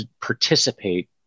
participate